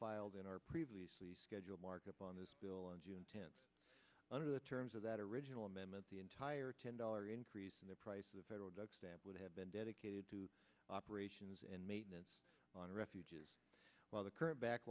filed in our previously scheduled markup on this bill on june tenth under the terms of that original amendment the entire ten dollar increase in the price of federal duck stamp would have been dedicated to operations and maintenance on refuges while the current back